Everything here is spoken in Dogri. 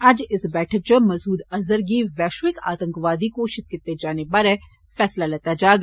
अज्ज इक बैठक च मसूद अजहर गी वैष्यिक आतंकवादी घोशित कीते जाने बारे फैसला लेता जाग